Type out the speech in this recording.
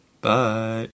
Bye